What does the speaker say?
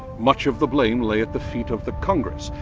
much of the blame lay at the feet of the congress.